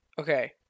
Okay